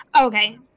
Okay